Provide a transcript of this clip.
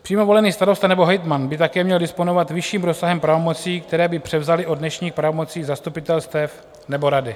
Přímo volený starosta nebo hejtman by také měl disponovat vyšším rozsahem pravomocí, které by převzali od dnešních pravomocí zastupitelstev nebo rady.